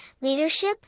leadership